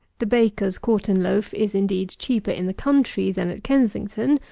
the baker's quartern loaf is indeed cheaper in the country than at kensington,